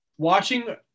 Watching